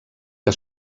que